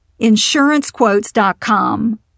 InsuranceQuotes.com